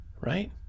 right